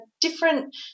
different